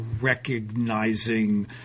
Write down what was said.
recognizing